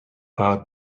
power